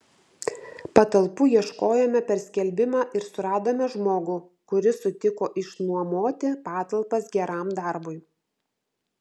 patalpų ieškojome per skelbimą ir suradome žmogų kuris sutiko išnuomoti patalpas geram darbui